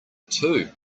too